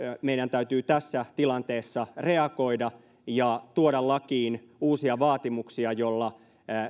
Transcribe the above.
meidän täytyy tässä tilanteessa reagoida ja tuoda lakiin uusia vaatimuksia joilla